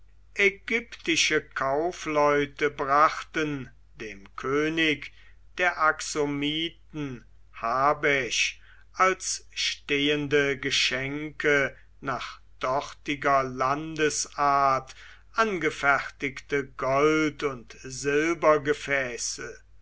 ägyptische kaufleute brachten dem könig der axomiten habesch als stehende geschenke nach dortiger landesart angefertigte gold und